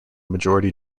majority